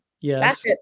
Yes